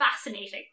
fascinating